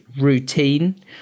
routine